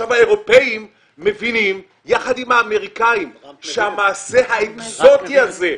האירופאים מבינים יחד עם האמריקאים שהמעשה האקזוטי הזה,